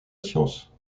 science